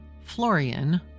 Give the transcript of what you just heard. Florian